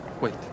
Wait